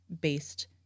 based